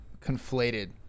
conflated